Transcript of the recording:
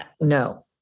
no